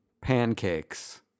pancakes